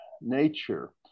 nature